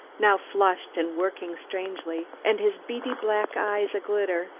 now flushed and working strangely, and his beady black eyes aglitter,